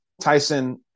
Tyson